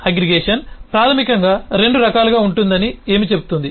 aggregation ప్రాథమికంగా 2 రకాలుగా ఉంటుందని ఏమి చెబుతుంది